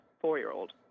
four-year-old